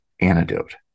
antidote